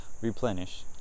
replenish